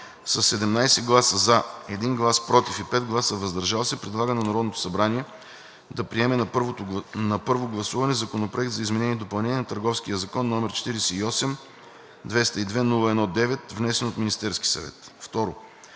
17 гласа „за“, 1 глас „против“ и 5 гласа „въздържал се“ предлага на Народното събрание да приеме на първо гласуване Законопроект за изменение и допълнение на Търговския закон, № 48-202-01-9, внесен от Министерския съвет